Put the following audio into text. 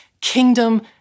kingdom